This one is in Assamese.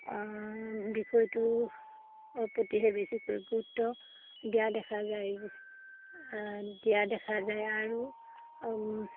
বিষয়টো প্ৰতিহে বেছিকৈ গুৰুত্ব দিয়া দেখা যায় দিয়া দেখা যায় আৰু